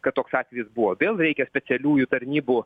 kad toks atvejis buvo vėl reikia specialiųjų tarnybų